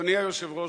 אדוני היושב-ראש,